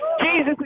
Jesus